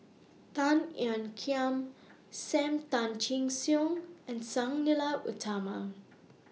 Tan Ean Kiam SAM Tan Chin Siong and Sang Nila Utama